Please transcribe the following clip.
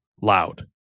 loud